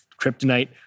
kryptonite